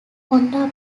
honda